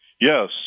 Yes